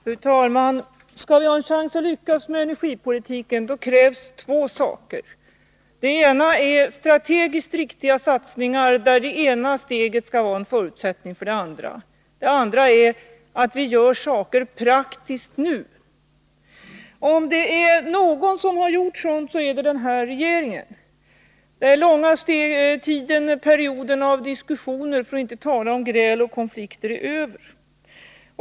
Fru talman! Skall vi ha någon chans att lyckas med energipolitiken krävs två saker: den ena är strategiskt riktiga satsningar, där det ena steget skall vara en förutsättning för det andra, och den andra är att vi gör saker praktiskt nu. Om det är någon som har gjort sådant är det den här regeringen. Den långa perioden av diskussioner, för att inte tala om gräl och konflikter, är över.